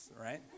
right